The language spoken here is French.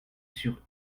sur